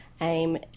AIM